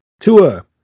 Tua